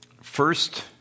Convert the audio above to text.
First